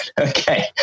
Okay